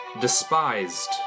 despised